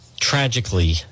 tragically